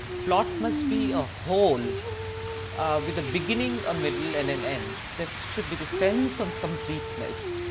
plot must be a whole with a beginning a middle and an end. there should be the sense of completeness,